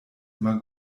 immer